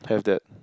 have that